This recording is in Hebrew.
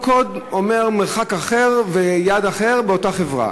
וכל קוד אומר, מרחק אחר ויעד אחר באותה חברה,